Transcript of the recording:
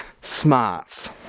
smarts